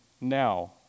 now